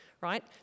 right